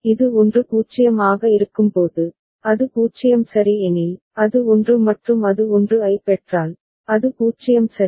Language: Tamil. இது 1 0 ஆக இருக்கும்போது அது 0 சரி எனில் அது 1 மற்றும் அது 1 ஐப் பெற்றால் அது 0 சரி